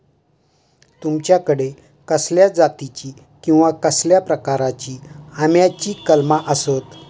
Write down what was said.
तुमच्याकडे कसल्या जातीची किवा कसल्या प्रकाराची आम्याची कलमा आसत?